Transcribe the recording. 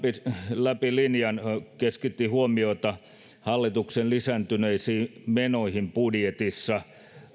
läpi linjan keskitti huomiota hallituksen lisääntyneisiin menoihin budjetissa